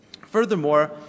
Furthermore